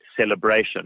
celebration